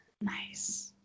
Nice